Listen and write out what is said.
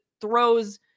throws